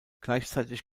gleichzeitig